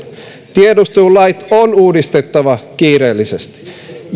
tiedustelulait on uudistettava kiireellisesti